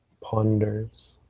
ponders